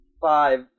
five